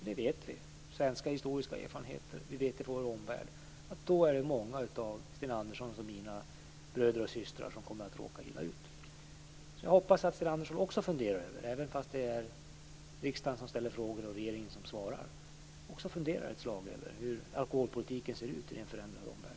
Vi vet genom svenska historiska erfarenheter och genom vad som hänt i vår omvärld att många av Sten Anderssons och mina bröder och systrar i så fall skulle råka illa ut. Jag hoppas därför, fastän det är riksdagen som ställer frågor och regeringen som svarar, att Sten Andersson funderar ett slag över hur alkoholpolitiken ser ut i en förändrad omvärld.